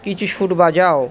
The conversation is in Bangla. কিছু সুর বাজাও